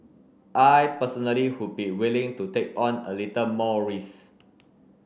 I personally would be willing to take on a little more risk